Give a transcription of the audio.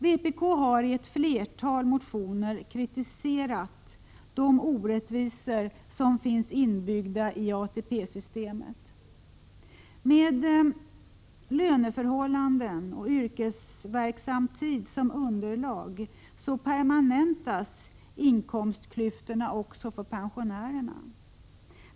Vpk har i ett flertal motioner kritiserat de orättvisor som finns inbyggda i ATP-systemet. Med löneförhållanden och yrkesverksam tid som underlag permanentas inkomstklyftorna även för pensionärer.